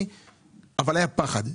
והיה פחד.